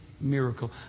miracle